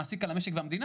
זאת סנקציה.